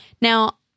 Now